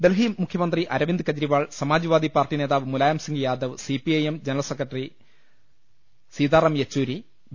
ഡൽഹി മുഖ്യമന്ത്രി Arvind Kejriwal Samajwadi party നേതാവ് Mulayam Singh Yadav CPIM general secretary Sitaram Yechury B